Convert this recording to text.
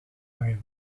very